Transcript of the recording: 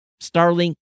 Starlink